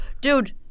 Dude